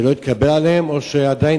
שלא התקבל אצלם,